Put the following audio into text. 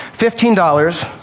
fifteen dollars